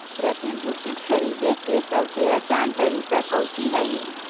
प्रतिभूति खरीदे के सबसे आसान तरीका कउची हइ